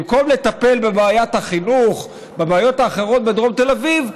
במקום לטפל בבעיית החינוך ובבעיות האחרות בדרום תל אביב,